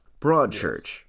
Broadchurch